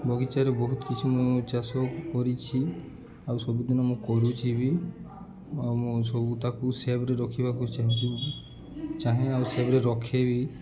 ବଗିଚାରେ ବହୁତ କିଛି ମୁଁ ଚାଷ କରିଛି ଆଉ ସବୁଦିନ ମୁଁ କରୁଛି ବି ଆଉ ମୁଁ ସବୁ ତାକୁ ସେଫ୍ରେ ରଖିବାକୁ ଚାହୁଁଛି ଚାହେଁ ଆଉ ସେଫ୍ରେ ରଖେବି